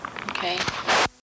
Okay